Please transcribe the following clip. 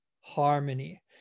harmony